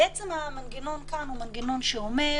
המנגנון כאן הוא מנגנון שאומר: